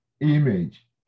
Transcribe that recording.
image